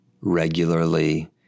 regularly